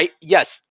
yes